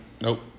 nope